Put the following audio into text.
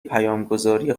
پیامگذاری